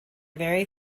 very